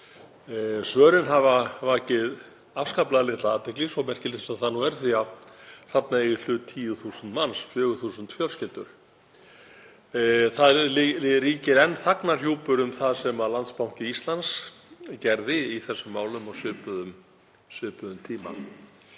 Svörin hafa vakið afskaplega litla athygli, svo merkilegt sem það nú er því að þarna eiga í hlut 10.000 manns, 4.000 fjölskyldur. Það ríkir enn þagnarhjúpur um það sem Landsbanki Íslands gerði í þessum málum á svipuðum tíma